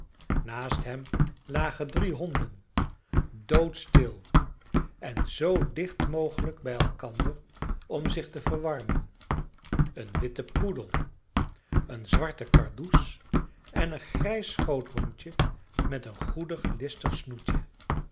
naast hem lagen drie honden doodstil en zoo dicht mogelijk bij elkander om zich te verwarmen een witte poedel een zwarte kardoes en een grijs schoothondje met een goedig listig snoetje